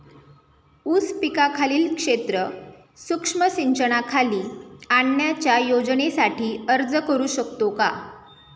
ऊस पिकाखालील क्षेत्र सूक्ष्म सिंचनाखाली आणण्याच्या योजनेसाठी अर्ज करू शकतो का?